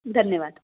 धन्यवाद